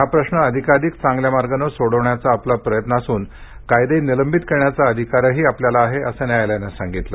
हा प्रश्न जास्तीत जास्त चांगल्या मार्गानं सोडवण्याचा आपला प्रयत्न असून कायदे निलंबित करण्याचा अधिकारही आपल्याला आहे असं न्यायालयानं सांगितलं